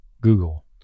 Google